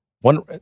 one